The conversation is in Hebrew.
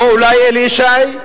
או אולי אלי ישי,